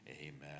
Amen